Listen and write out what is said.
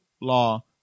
law